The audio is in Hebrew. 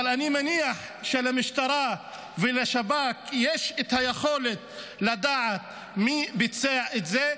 אבל אני מניח שלמשטרה ולשב"כ יש את היכולת לדעת מי ביצע את זה.